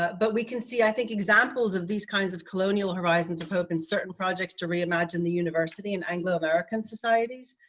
but but we can see i think, examples of these kinds of colonial horizons of open certain projects to reimagine the university in anglo american societies.